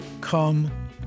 Come